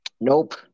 nope